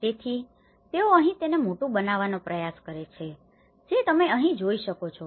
તેથી તેઓ અહીં તેને મોટુ બનાવવાનો પ્રયાસ કરે છે જે તમે અહીં જોઈ શકો છો